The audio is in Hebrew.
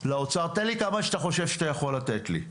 לאוצר: תן לי את מה שאתה חושב שאתה יכול לתת לי.